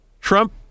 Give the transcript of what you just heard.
Trump